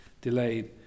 delayed